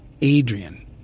Adrian